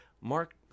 Mark